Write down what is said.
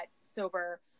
sober